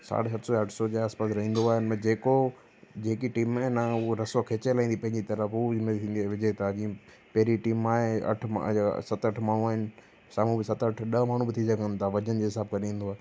साढे सत सौ या अठ सौ जे आस पास रहंदो आहे जेको जेकी टीम में न उहो रसो खेचे लाहींदी पंहिंजे उहो हिन में थींदी आहे विजेता जीअं पहिरीं टीम मां आहे अठ मा सत अठ माण्हू आइन सामूं बि सत अठ ॾह माण्हू बि थी सघनि था वजन जे हिसाब खां थींदो आहे